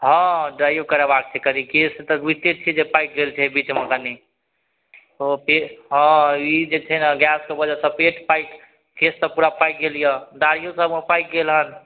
हँ डाइओ करेबाक छै कनि केश तऽ बुझिते छिए जे पाकि गेल छै बीचमे कनि ओ पे हँ ई जे छै ने गैसके वजहसे पेट पाकि केश तऽ पूरा पाकि गेल यऽ दाढ़िओ सबमे पाकि गेल हँ